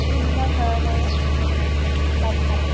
ভিন্ন ধৰণৰে মাত মাতে